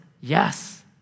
yes